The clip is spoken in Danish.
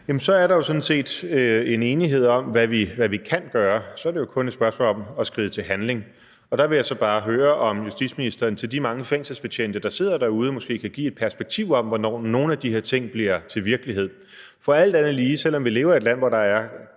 Så er der jo sådan set en enighed om, hvad vi kan gøre. Så er det jo kun et spørgsmål om at skride til handling. Og der vil jeg så bare høre, om justitsministeren til de mange fængselsbetjente, der sidder derude, måske kan give et perspektiv på, hvornår nogle af de her ting bliver til virkelighed. For selv om vi lever i et land, hvor der er